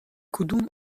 کدوم